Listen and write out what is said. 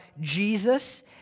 Jesus